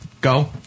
go